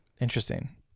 Interesting